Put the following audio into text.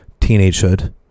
teenagehood